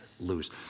lose